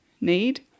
need